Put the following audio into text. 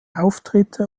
auftritte